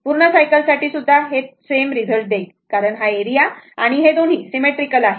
पूर्ण सायकल साठी सुद्धा हे सेम रिझल्ट देईन कारण हा एरिया आणि हे दोन्ही सिमेट्रीकल आहे